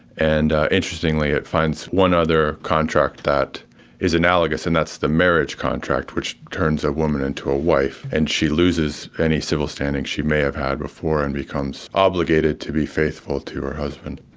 and interestingly, it finds one other contract that is analogous and that's the marriage contract, which turns a woman into a wife and she loses any civil standing she may have had before and becomes obligated to be faithful to her husband.